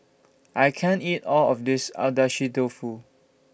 I can't eat All of This Agedashi Dofu